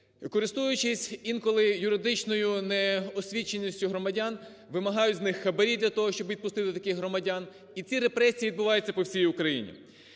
користуючись інколи юридичною неосвіченістю громадян, вимагають з них хабарі для того, щоб відпустили таких громадян, і ці репресії відбуваються по всій Україні.